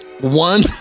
one